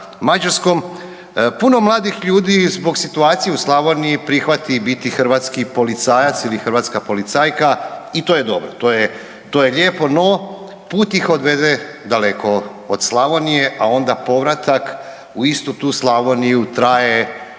Puno mladih ljudi zbog situacije u Slavoniji prihvati biti hrvatski policajac ili hrvatska policajka i to je dobro, to je, to je lijepo. No put ih odvede daleko od Slavonije, a onda povratak u istu tu Slavoniju traje 3-4,